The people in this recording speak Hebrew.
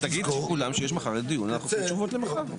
תגיד לכולם שמחר יש דיון ואנחנו מצפים לתשובות מחר.